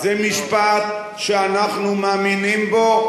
זה משפט שאנחנו מאמינים בו,